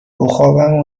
بخابم